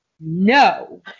no